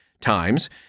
times